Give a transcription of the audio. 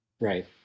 Right